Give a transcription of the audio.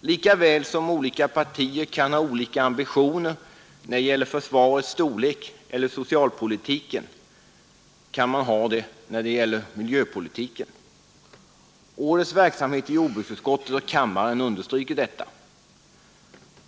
Lika väl som olika partier kan ha olika ambitioner när det gäller försvarets storlek eller socialpolitiken, lika väl kan man ha det när det gäller miljöpolitiken. Årets verksamhet i jordbruksutskottet och kammaren understryker detta.